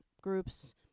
groups